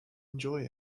enjoy